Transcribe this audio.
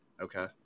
Okay